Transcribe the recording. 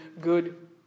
good